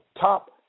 top